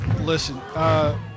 Listen